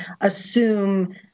assume